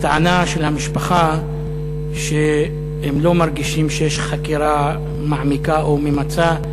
הטענה של המשפחה היא שהם לא מרגישים שיש חקירה מעמיקה או ממצה.